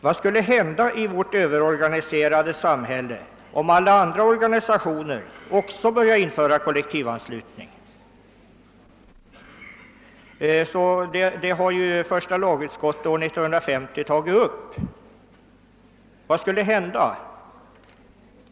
| Vad skulle hända i vårt överorganiserade samhälle, om alla andra organisationer också började införa kollektivanslutning? Den frågan tog första lagutskottet upp år 1950.